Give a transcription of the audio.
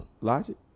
Logic